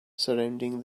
surrounding